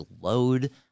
load